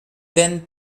then